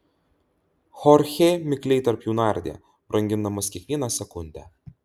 chorchė mikliai tarp jų nardė brangindamas kiekvieną sekundę